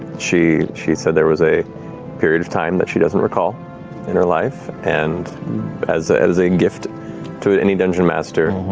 she she said there was a period of time that she doesn't recall in her life and as as a and gift to to any dungeon master,